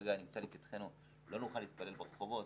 שכרגע נמצא לפתחנו, לא נוכל להתפלל ברחובות.